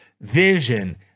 vision